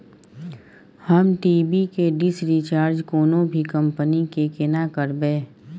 हम टी.वी के dish recharge कोनो भी कंपनी के केना करबे?